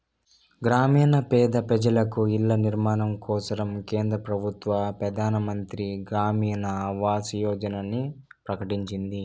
గ్రామీణ పేద పెజలకు ఇల్ల నిర్మాణం కోసరం కేంద్ర పెబుత్వ పెదానమంత్రి గ్రామీణ ఆవాస్ యోజనని ప్రకటించింది